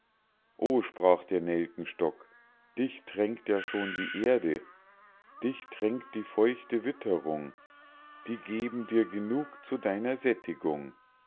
o sprach der nelkenstock dich tränkt ja schon die erde dich tränkt die feuchte witterung die geben dir genug zu deiner sättigung